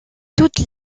toutes